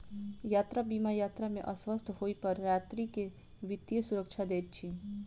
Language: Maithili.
यात्रा बीमा यात्रा में अस्वस्थ होइ पर यात्री के वित्तीय सुरक्षा दैत अछि